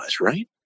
right